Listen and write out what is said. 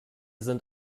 sind